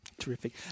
Terrific